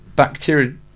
Bacteria